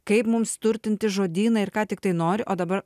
kaip mums turtinti žodyną ir ką tiktai nori o dabar